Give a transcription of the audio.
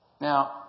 Now